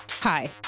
Hi